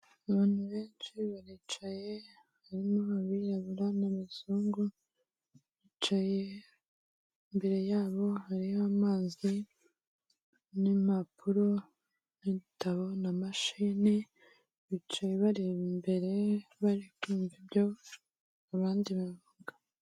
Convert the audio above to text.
Abantu benshi baricaye, harimo abirabura n'abazungu, bicaye imbere yabo hari amazi n'impapuro n'udutabo na mashini, bicaye bareba imbere bari kumva ibyo abandi bavuga.